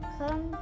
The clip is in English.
come